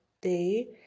day